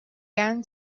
han